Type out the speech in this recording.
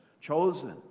chosen